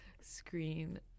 screen